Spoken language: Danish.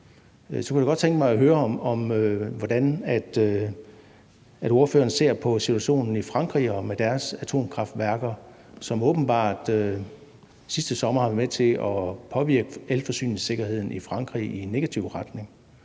kunne jeg da godt tænke mig at høre om, hvordan ordføreren ser på situationen i Frankrig med deres atomkraftværker, som åbenbart sidste sommer har været med til at påvirke elforsyningssikkerheden i Frankrig i negativ retning.